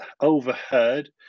overheard